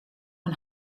een